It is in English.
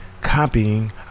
copying